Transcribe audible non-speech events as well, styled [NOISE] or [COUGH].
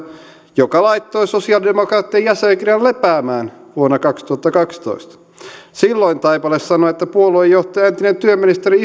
joka laittoi sosialidemokraattien jäsenkirjan lepäämään vuonna kaksituhattakaksitoista silloin taipale sanoi että puoluejohto ja entinen työministeri [UNINTELLIGIBLE]